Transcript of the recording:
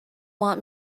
want